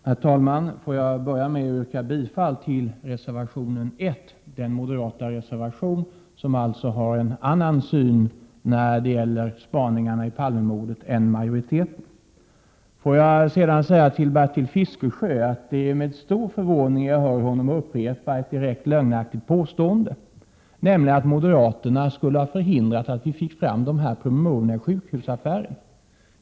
Herr talman! Jag vill börja med att yrka bifall till reservation 1, den moderata reservation som alltså redovisar en annan syn än majoriteten när det gäller regeringens åtgärder med anledning av Palmemordet. Det är med stor förvåning som jag hör Bertil Fiskesjö upprepa ett direkt lögnaktigt påstående, nämligen att moderaterna skulle ha förhindrat att KU fick tillgång till dessa promemorior i sjukhusaffären.